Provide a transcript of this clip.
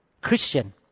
Christian